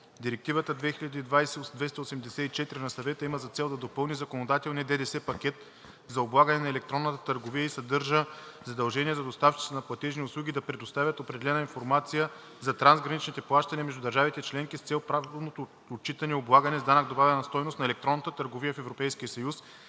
Директива (ЕС) 2020/284 на Съвета има за цел да допълни законодателния ДДС пакет за облагане на електронната търговия и съдържа задължения за доставчиците на платежни услуги да предоставят определена информация за трансграничните плащания, между държавите членки с цел правилното отчитане и облагане с ДДС на електронната търговия в Европейския съюз